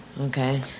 Okay